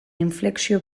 inflexio